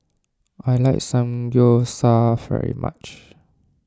I like Samgeyopsal very much